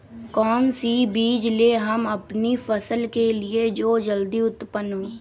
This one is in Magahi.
कौन सी बीज ले हम अपनी फसल के लिए जो जल्दी उत्पन हो?